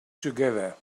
together